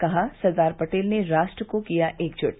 कहा सरदार पटेल ने राष्ट्र को किया एकजुट